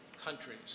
countries